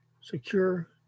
secure